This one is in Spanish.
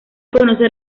conocer